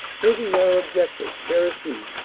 taking our objective, cherisy,